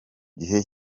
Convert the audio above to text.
gihe